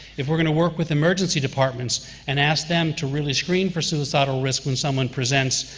if we're going to work with emergency departments and ask them to really screen for suicidal risk when someone presents,